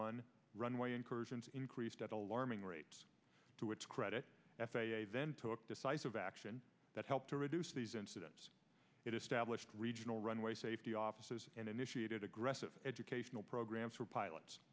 one runway incursions increased at alarming rates to its credit f a a then took decisive action that helped to reduce these incidents it established regional runway safety offices and initiated aggressive educational programs for pilots